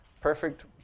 perfect